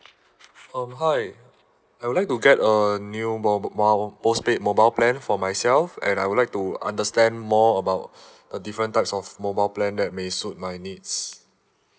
um hi I would like to get a new mobile postpaid mobile plan for myself and I would like to understand more about the different types of mobile plan that may suit my needs